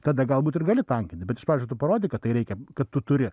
tada galbūt ir gali tankinti bet iš pažadių tu parodyk kad tai reikia kad tu turi